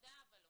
תודה, אבל לא.